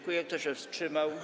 Kto się wstrzymał?